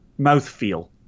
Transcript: Mouthfeel